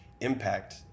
impact